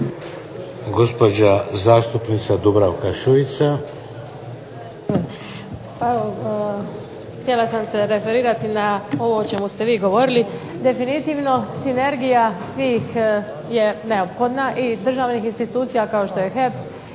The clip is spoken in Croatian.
Gospođa zastupnica Dubravka Šuica.